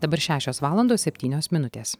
dabar šešios valandos septynios minutės